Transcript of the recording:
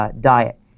diet